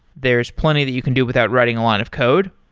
there is plenty that you can do without writing a line of code,